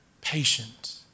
patient